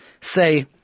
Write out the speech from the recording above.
say